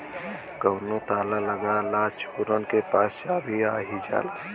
कउनो ताला लगा ला चोरन के पास चाभी आ ही जाला